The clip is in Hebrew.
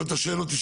שאם אתה שואל אותי,